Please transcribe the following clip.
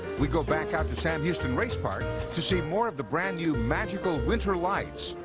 we go back out to sam houston race park to see more of the brand-new magical winter lights,